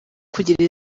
kugira